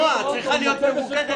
נועה, את צריכה להיות ממוקדת.